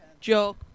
Joe